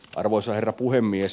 arvoisa herra puhemies